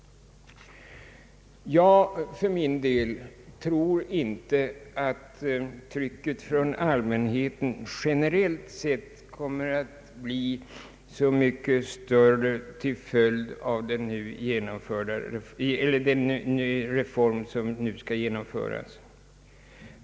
För min del tror jag inte att trycket från allmänheten generellt sett kommer att bli så mycket större till följd av den reform som nu skall genomföras.